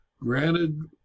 granted